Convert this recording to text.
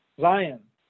Zion